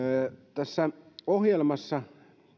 tässä ohjelmassa